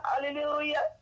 hallelujah